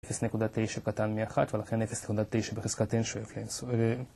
0.9 קטן מאחת ולכן 0.9 בחזקת N שואף